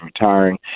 retiring